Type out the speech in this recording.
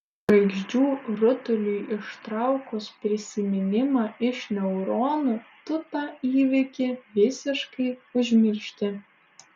žvaigždžių rutuliui ištraukus prisiminimą iš neuronų tu tą įvykį visiškai užmiršti